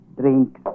Drink